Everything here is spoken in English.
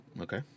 Okay